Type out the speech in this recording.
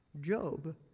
Job